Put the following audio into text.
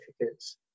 certificates